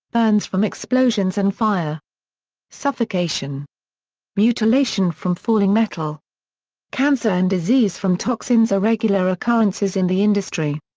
burns from explosions and fire suffocation mutilation from falling metal cancer and disease from toxins are regular occurrences in the industry.